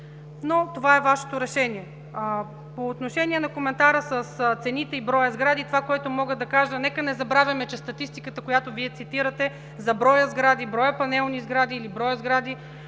Но това е Вашето решение. По отношение на коментара с цените и броя сгради. Мога да кажа: нека не забравяме, че статистиката, която Вие цитирахте за броя сгради, за броя панелни сгради или броя сгради,